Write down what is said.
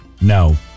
No